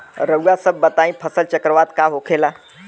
रउआ सभ बताई फसल चक्रवात का होखेला?